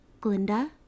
glinda